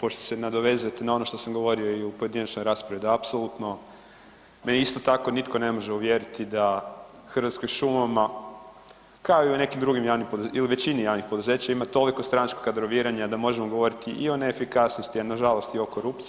pošto se nadovezati na ono što sam govorio i u pojedinačnoj raspravi da apsolutno me isto tako nitko ne može uvjeriti da Hrvatskim šumama kao i u nekim drugim javnim il većini javnih poduzeća ima toliko stranačkog kadroviranja da možemo govoriti i o neefikasnosti i nažalost o korupciji.